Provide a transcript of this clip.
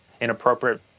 inappropriate